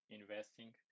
investing